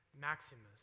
maximus